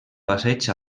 passeig